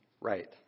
right